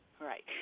Right